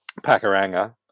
Pakaranga